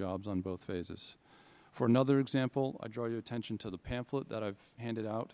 jobs in both phases for another example i draw your attention to the pamphlet that i have handed out